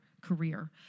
career